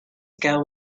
ago